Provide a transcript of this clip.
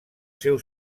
seu